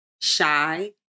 shy